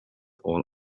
all